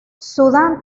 sudán